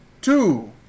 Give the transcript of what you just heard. two